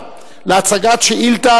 ואת חבר הכנסת נחמן שי להצגת שאילתא